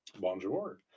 Bonjour